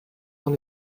dans